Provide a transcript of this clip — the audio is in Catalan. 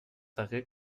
degué